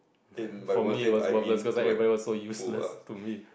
for me it was worthless cause like everyone was so useless to me